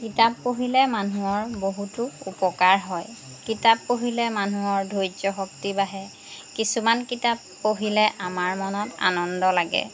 কিতাপ পঢ়িলে মানুহৰ বহুতো উপকাৰ হয় কিতাপ পঢ়িলে মানুহৰ ধৰ্য্যশক্তি বাঢ়ে কিছুমান কিতাপ পঢ়িলে আমাৰ মনত আনন্দ লাগে